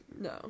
No